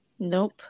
Nope